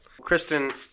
Kristen